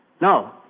No